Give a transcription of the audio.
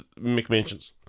McMansions